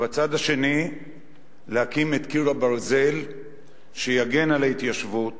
ובצד השני להקים את קיר הברזל שיגן על ההתיישבות,